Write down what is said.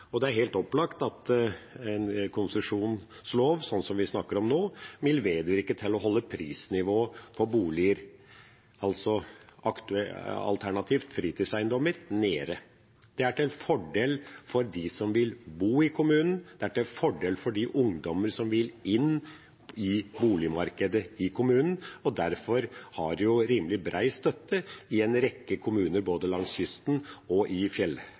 Det er helt opplagt at en konsesjonslov sånn som vi snakker om nå, vil medvirke til å holde prisnivået på boliger – alternativt fritidseiendommer – nede. Det er til fordel for dem som vil bo i kommunen, det er til fordel for de ungdommer som vil inn i boligmarkedet i kommunen, og derfor har dette rimelig bred støtte i en rekke kommuner, både langs kysten og i